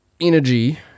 Energy